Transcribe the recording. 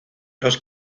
los